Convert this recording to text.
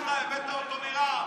הבאת אותו מרע"מ.